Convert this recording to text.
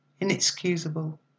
Inexcusable